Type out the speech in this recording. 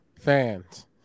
fans